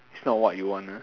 it's not what you want ah